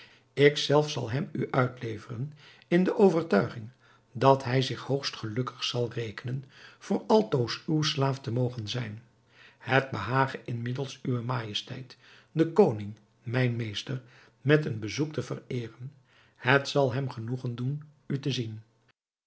ik zelf zal hem u uitleveren in de overtuiging dat hij zich hoogst gelukkig zal rekenen voor altoos uw slaaf te mogen zijn het behage inmiddels uwe majesteit den koning mijn meester met een bezoek te vereeren het zal hem genoegen doen u te zien